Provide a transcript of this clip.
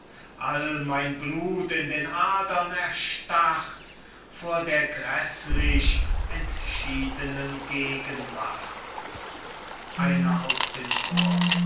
all mein blut in den adern erstarrt vor der gräßlich entschiedenen gegenwart einer aus dem chor